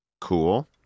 cool